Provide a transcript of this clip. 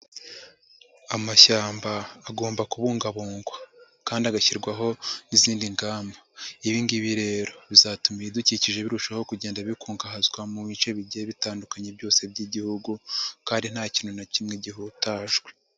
Amashyamba agomba kubungabungwa kandi agashyirwaho n'izindi ngamba, ibingibi rero bizatuma ibidukikije birushaho kugenda bikungahazwa mu bice bigiye bitandukanye byose by'Igihugu kandi nta kintu na kimwe gihutajwe.